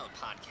Podcast